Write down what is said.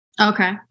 Okay